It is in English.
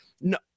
no